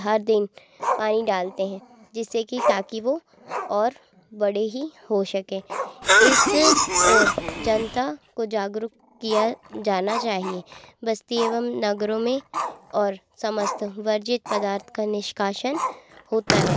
हर दिन पानी डालते हैं जिससे कि ताकि वो और बड़े ही हो सकें इस ओर जनता को जागरुक किया जाना चाहिए बस्ती एवं नगरों में और समस्त वर्जित पदार्थ का निष्कासन होता है